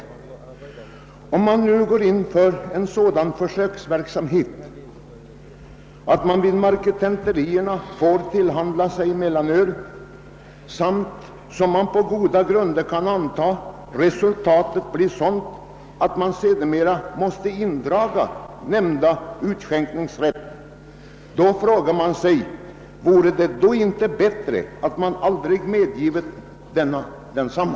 Men om man nu startar en sådan försöksverksamhet och marketenterierna får sälja mellanöl och det på goda grunder kan antas att resultatet blir sådant att utskänkningsrätten sedan måste indragas, frågar jag mig, huruvida det inte vore bättre att aldrig meddela rätt att sälja öl.